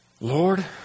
Lord